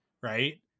right